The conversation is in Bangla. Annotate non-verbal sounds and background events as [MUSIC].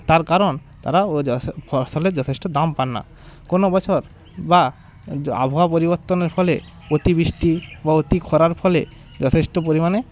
তার কারণ তারা [UNINTELLIGIBLE] ফসলের যথেষ্ঠ দাম পান না কোনো বছর বা আবহাওয়া পরিবর্তনের ফলে অতি বৃষ্টি বা অতি খরার ফলে যথেষ্ঠ পরিমাণে